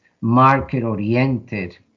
market-oriented